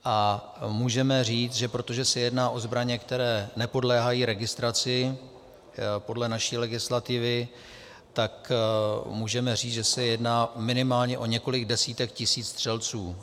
A můžeme říct, že protože se jedná o zbraně, které nepodléhají registraci podle naší legislativy, tak můžeme říct, že se jedná minimálně o několik desítek tisíc střelců.